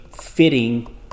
fitting